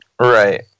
Right